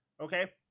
Okay